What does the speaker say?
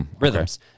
rhythms